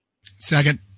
Second